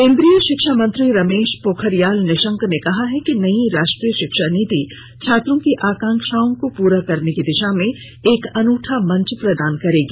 केंद्रीय शिक्षा मंत्री रमेश पोखरियाल निशंक ने कहा है कि नई राष्ट्रीय शिक्षा नीति छात्रों की आकांक्षाओं को पूरा करने की दिशा में एक अनूठा मंच प्रदान करेगी